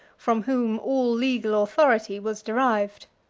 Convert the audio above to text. from whom all legal authority was derived.